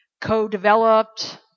co-developed